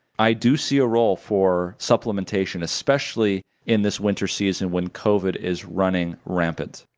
i do see a role for supplementation, especially in this winter season when covid is running rampant.